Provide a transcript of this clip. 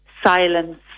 Silence